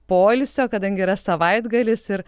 poilsio kadangi yra savaitgalis ir